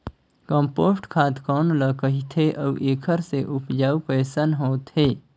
Compost खाद कौन ल कहिथे अउ एखर से उपजाऊ कैसन होत हे?